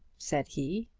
said he.